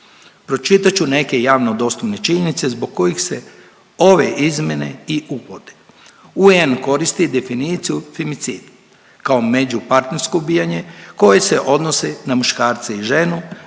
Pročitat ću neke javno dostupne činjenice zbog kojih se ove izmjene i uvode, UN koristi definiciju femicid kao međupartnersko ubijanje koje se odnose na muškarce i ženu,